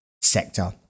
sector